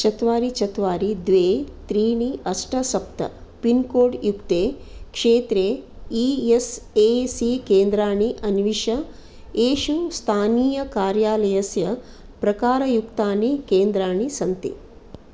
चत्वारि चत्वारि द्वे त्रीणि अष्ट सप्त पिन्कोड् युक्ते क्षेत्रे ई एस् ए सी केन्द्राणि अन्विष येषु स्थानीयकार्यालयस्य प्रकारयुक्तानि केन्द्राणि सन्ति